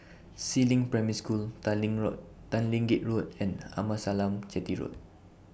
Si Ling Primary School Tanglin Road Tanglin Gate Road and Amasalam Chetty Road